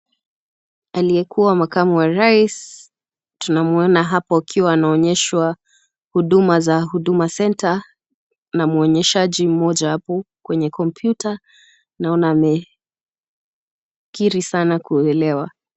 Aliyekuwa maakamu wa rais. Tunamuoma hapo akiwa anaonyeshwa huduma za 'Huduma Centre' na muonyeshaji mmoja hapo kwenye kompyuta. Naona amekiri sana kuelewa.